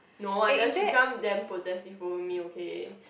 no I just she become damn possessive over me okay